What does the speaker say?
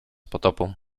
potopu